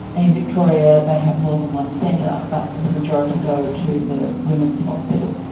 in victoria they have more than one centre but the majority go to the women's hospital.